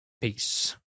peace